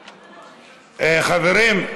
חברים,